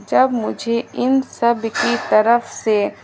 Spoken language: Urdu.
جب مجھے ان سب کی طرف سے